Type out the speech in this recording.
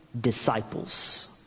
disciples